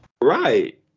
right